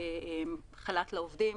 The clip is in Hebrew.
חל"ת לעובדים.